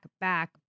back